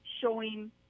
showing